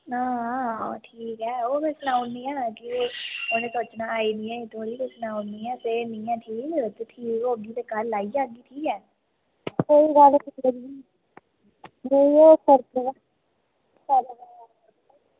हां ठीक ऐ हां ओह् में सनाई ओड़नी आं ते तुसें आखना आई निं ऐही थुआढ़ी कसम ऐ औन्नी आं ते जेकर ठीक होगी ते कल्ल आई जाह्गी